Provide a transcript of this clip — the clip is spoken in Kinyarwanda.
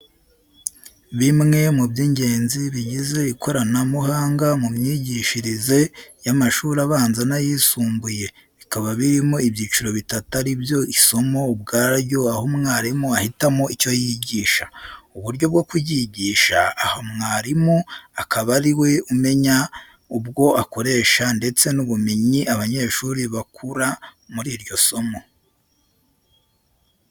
Bimwe mu by'ingenzi bigize ikoranabuhanga mu myigishirize y'amashuri abanza n'ayisumbuye. Bikaba birimo ibyiciro bitatu ari byo isomo ubwaryo aho mwarimu ahitamo icyo yigisha, uburyo bwo kuryigisha aha mwarimu akaba ari we umenya ubwo akoresha ndetse n'ubumenyi abanyeshuri bakura muri iryo somo.